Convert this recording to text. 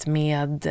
med